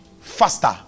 faster